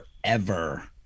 forever